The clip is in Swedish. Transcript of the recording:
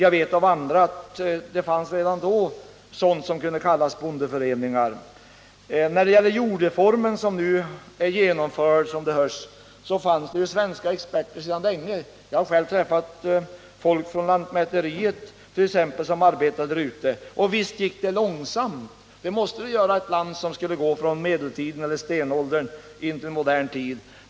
Jag vet också genom andra personer att det redan då fanns vad man kunde kalla bondeföreningar. När det gäller jordreformen, som nu att döma av svaret är genomförd, vill jag framhålla att det sedan länge funnits svenska experter på det området i Etiopien. Jag har själv träffat folk från lantmäteriet som arbetat där ute. Visst gick utvecklingen långsamt! Det måste den göra i ett land som skulle utvecklas från stenåldern till modern tid.